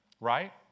right